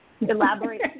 Elaborate